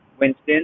Winston